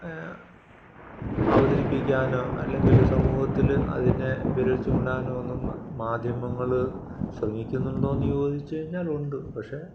അവതരിപ്പിക്കാനോ അല്ലെങ്കിൽ സമൂഹത്തിൽ അതിനെ വിരൽ ചൂണ്ടാനോ ഒന്നും മാധ്യമങ്ങൾ ശ്രമിക്കുന്നുണ്ടോയെന്ന് ചോദിച്ചു കഴിഞ്ഞാൽ ഉണ്ട് പക്ഷെ